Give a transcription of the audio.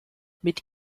mit